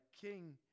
king